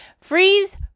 Freeze